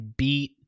beat